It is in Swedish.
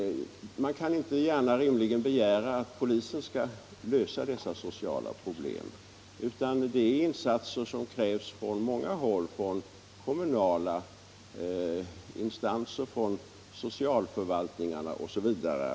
Man kan inte rimligen begära att polisen skall lösa dessa sociala problem. Insatser krävs från många håll: från kommunala instanser, so cialförvaltningar osv.